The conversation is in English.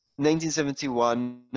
1971